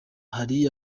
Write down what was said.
hari